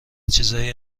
چیزهایی